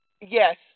yes